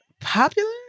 popular